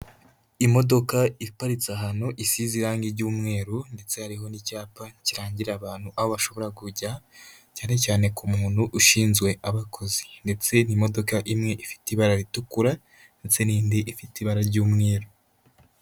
Imodoka iparitse ahantu, isize irangi ry'umweru ndetse hariho n'icyapa kirangira abantu aho bashobora kujya, cyane cyane ku muntu ushinzwe abakozi, ndetse imodoka imwe ifite ibara ritukura ndetse n'indi ifite ibara ry'umweru.